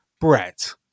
Brett